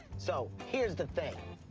so, here's the thing.